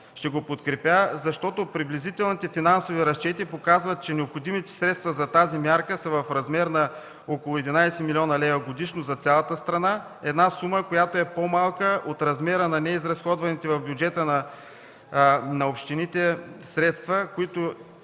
Ще го подкрепя, защото приблизителните финансови разчети показват, че необходимите средства за тази мярка са в размер на около 11 млн. лв. годишно за цялата страна. Тази сума е по-малка от размера на неизразходваните в бюджета на общините средства, които